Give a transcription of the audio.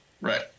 Right